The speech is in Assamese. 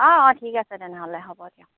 অঁ অঁ ঠিক আছে তেনেহ'লে হ'ব দিয়ক